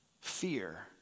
Fear